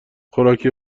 خوراکی